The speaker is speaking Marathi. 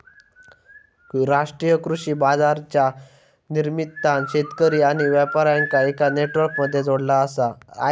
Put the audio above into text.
राष्ट्रीय कृषि बाजारच्या निमित्तान शेतकरी आणि व्यापार्यांका एका नेटवर्क मध्ये जोडला आसा